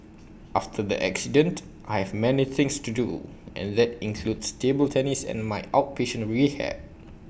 after the accident I have many things to do and that includes table tennis and my outpatient rehab